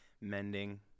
mending